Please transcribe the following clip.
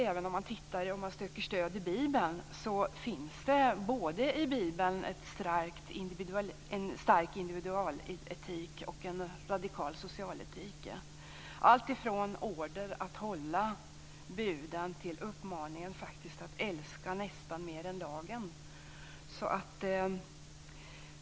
Även om man söker stöd i Bibeln så finns där både en stark indivudaletik och en radikal socialetik, alltifrån order att hålla buden till uppmaningen att faktiskt älska sin nästa mer än lagen.